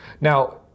Now